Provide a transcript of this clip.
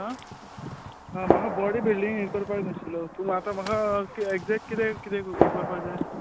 आं म्हाका body building हे करपाक जाय आशिल्लो पूण आतां म्हाका ऍग्जॅक्ट कितें कितें हे करपाक जाय